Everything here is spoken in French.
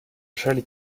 châle